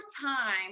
time